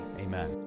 Amen